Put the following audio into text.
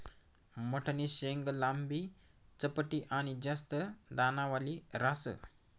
मठनी शेंग लांबी, चपटी आनी जास्त दानावाली ह्रास